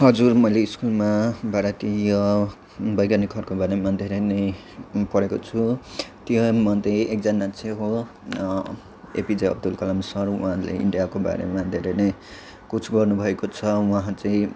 हजुर मैले स्कुलमा भारतीय वैज्ञानिकहरूको बारेमा धेरै नै पढेको छु त्योमध्ये एकजना चाहिँ हो एपिजे अब्दुल कलाम सर उहाँले इन्डियाको बारेमा धेरै नै कुछ गर्नु भएको छ उहाँ चाहिँ